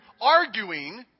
arguing